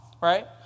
right